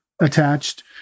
attached